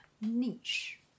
Niche